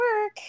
work